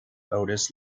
otis